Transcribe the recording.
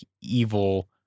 evil